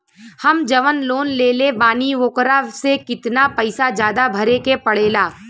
हम जवन लोन लेले बानी वोकरा से कितना पैसा ज्यादा भरे के पड़ेला?